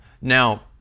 Now